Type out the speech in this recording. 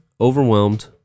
overwhelmed